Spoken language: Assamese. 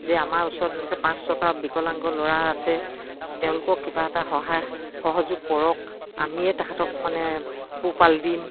যে আমাৰ ওচৰত এনেকে পাঁচ ছটা বিকলাংগ ল'ৰা আছে তেওঁলোকক কিবা এটা সহায় সহযোগ কৰক আমিয়ে তাহাঁতক মানে পোহপাল দিম